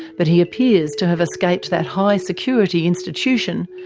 but he appears to have escaped that high security institution,